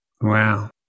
Wow